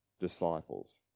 disciples